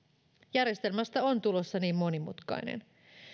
järjestelmästä on tulossa niin monimutkainen